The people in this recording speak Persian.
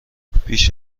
بیش